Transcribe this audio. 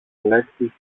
λέξεις